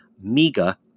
MEGA